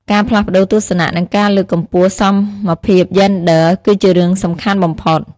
ការផ្លាស់ប្តូរទស្សនៈ និងការលើកកម្ពស់សមភាពយេនឌ័រ គឺជារឿងសំខាន់បំផុត។